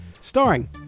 Starring